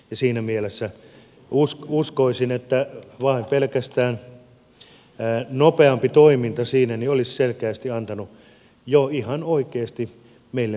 siinä mielessä uskoisin että pelkästään nopeampi toiminta siinä olisi selkeästi antanut jo ihan oikeasti meille miljoonia tähän